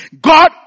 God